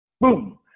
Boom